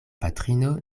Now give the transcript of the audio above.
patrino